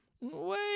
Wait